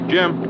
Jim